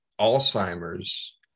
Alzheimer's